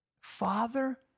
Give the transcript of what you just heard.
Father